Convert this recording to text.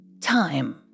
time